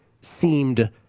seemed